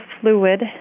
fluid